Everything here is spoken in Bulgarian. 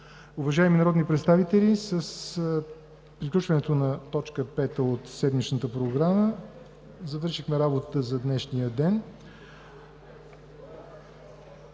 Уважаеми народни представители, с приключването на точка пета от седмичната програма завършихме работата за днешния ден.